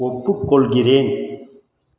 ஒப்புக்கொள்கிறேன்